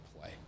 play